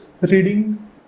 reading